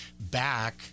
back